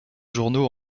journaux